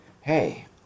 hey